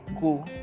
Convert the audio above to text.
go